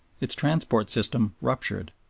its transport system ruptured,